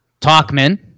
Talkman